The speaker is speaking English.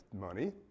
money